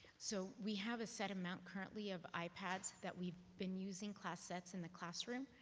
so, we have a set amount currently of i-pads that we been using. class sets in the classroom.